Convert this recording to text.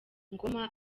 ngoma